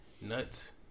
Nuts